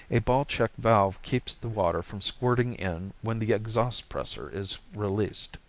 a ball check valve keeps the water from squirting in when the exhaust pressure is released.